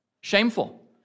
Shameful